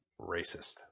racist